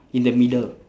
in the middle